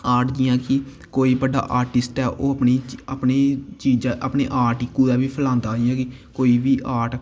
art जियां की कोई बड्ढा आर्टिस्ट ऐ ओह् अपनी ओह् अपनी चीज़ अपनी आर्ट ई कुदै बी फलांदा इंया कोई बी आर्ट